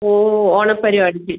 ഓ ഓണപരിപാടിക്ക്